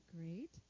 great